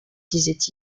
disait